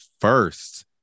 first